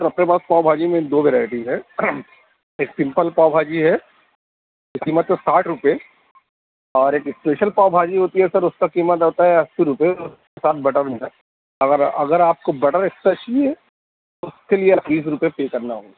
سر اپنے پاس پاؤ بھاجی میں دو ویرائٹیز ہے ایک سمپل پاؤ بھاجی ہے اس کی قیمت ہے ساٹھ روپے اور ایک اسپیشل پاؤ بھاجی ہوتی ہے سر اس کا قیمت ہوتا ہے اسّی روپے اس کے ساتھ بٹر ملتا ہے اگر اگر آپ کو بٹر ایکسٹرا چاہیے تو اس کے لیے تیس روپے پے کرنا ہوگا